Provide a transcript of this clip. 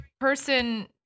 person